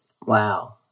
Wow